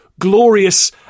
Glorious